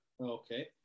Okay